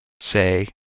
say